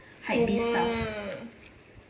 for what